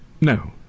no